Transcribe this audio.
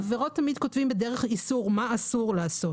עבירות תמיד כותבים בדרך איסור, מה אסור לעשות.